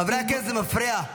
חברי הכנסת, זה מפריע.